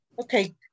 okay